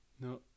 No